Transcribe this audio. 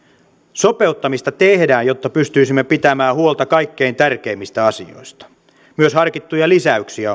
sopeuttamista tehdään jotta pystyisimme pitämään huolta kaikkein tärkeimmistä asioista myös harkittuja lisäyksiä